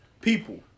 people